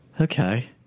Okay